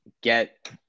get